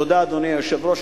תודה, אדוני היושב-ראש.